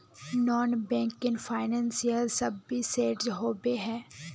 Non banking financial services होबे है?